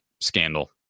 scandal